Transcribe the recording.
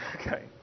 okay